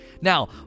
Now